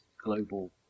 global